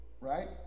Right